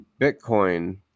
Bitcoin